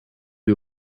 you